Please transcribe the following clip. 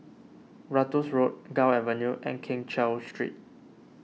Ratus Road Gul Avenue and Keng Cheow Street